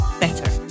better